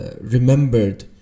remembered